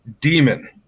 demon